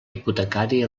hipotecari